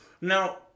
Now